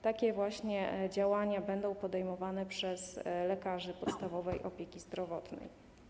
Takie właśnie działania będą podejmowane przez lekarzy podstawowej opieki zdrowotnej.